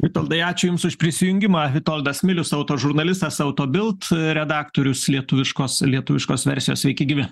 vitoldai ačiū jums už prisijungimą vitoldas milius auto žurnalistas autobilt redaktorius lietuviškos lietuviškos versijos sveiki gyvi